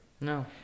No